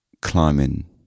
climbing